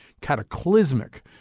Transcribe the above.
cataclysmic